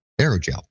aerogel